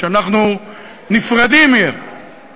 שאנחנו נפרדים מהם